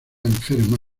enferma